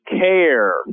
care